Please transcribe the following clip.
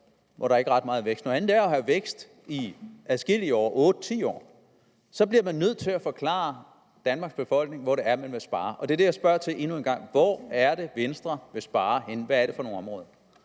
hvor der ikke er ret meget vækst, noget andet er at have vækst i adskillige år, 8-10 år. Så bliver man nødt til at forklare Danmarks befolkning, hvor det er, man vil spare. Og det er det, jeg spørger til endnu en gang: Hvor er det, Venstre vil spare? Hvad er det for nogle områder?